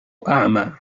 أعمى